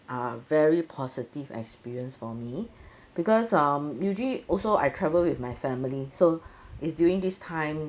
are very positive experience for me because um usually also I travel with my family so it's during this time